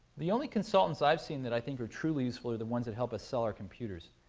the only consultants i've seen that i think are truly useful are the ones that help us sell our computers.